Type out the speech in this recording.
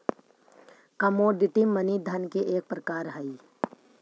commodity money धन के एक प्रकार हई